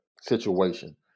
situation